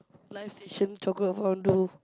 live station chocolate fondue